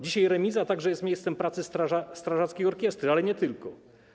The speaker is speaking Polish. Dzisiaj remiza także jest miejscem pracy strażackiej orkiestry, ale nie tylko.